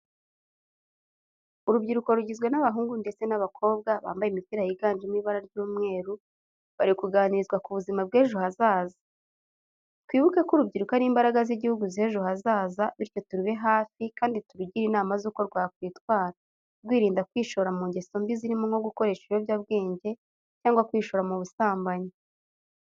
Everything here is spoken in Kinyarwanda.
Urubyiruko rugizwe n'abahungu ndetse n'abakobwa bambaye imipira yiganjemo ibara ry'umweru, bari kuganirizwa ku buzima bw'ejo hazaza. Twibuke ko urubyiruko ari imbaraga z'igihugu z'ejo hazaza bityo turube hafi kandi turugire inama z'uko rwakwitwara, rwirinda kwishora mu ngeso mbi zirimo nko gukoresha ibiyobyabwenge cyangwa kwishora mu busambanyi.